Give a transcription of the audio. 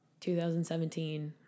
2017